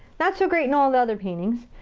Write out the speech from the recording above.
not so great in all the other paintings.